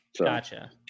Gotcha